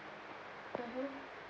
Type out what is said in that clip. mmhmm